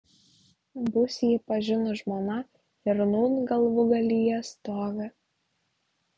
bus jį pažinus žmona ir nūn galvūgalyje stovi